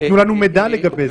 שייתנו לנו מידע לגבי זה.